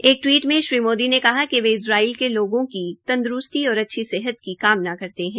एक टवीट में श्री मोदी ने कहा कि वे इज़रायल के लोगों की तंदरूस्ती और अच्छी सेहत की कामना करते है